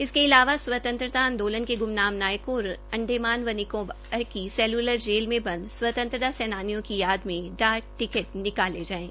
इसके अलावा स्वतंत्रता आंदोलन के ग्रमनाम नायकों और अंडेमान व निकोबार की सेलूलर जेल में बंद स्वतंत्रता सेनानियों की याद में डाक टिकट निकाले जायें